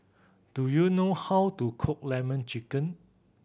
do you know how to cook Lemon Chicken